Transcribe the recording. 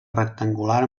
rectangular